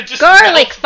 Garlic